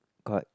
correct